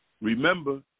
Remember